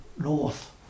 north